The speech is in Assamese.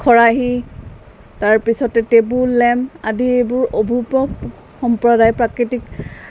খৰাহী তাৰ পিছতে টেবুল লেম্প আদি এইবোৰ অপূৰ্ব সম্প্ৰদায় প্ৰাকৃতিক